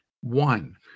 one